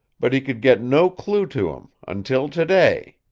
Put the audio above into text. but he could get no clew to him, until to-day.